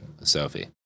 Sophie